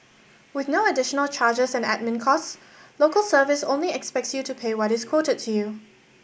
with no additional charges and admin costs Local Service only expects you to pay what is quoted to you